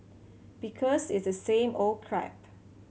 because it's the same old crap